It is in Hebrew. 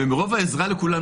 ומרוב העזרה לכולם,